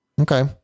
Okay